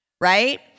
right